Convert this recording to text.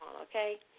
okay